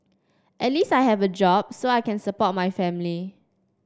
at least I have a job so I can support my family